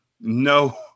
no